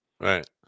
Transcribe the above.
right